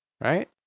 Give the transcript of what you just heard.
right